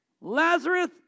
Lazarus